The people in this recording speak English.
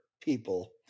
people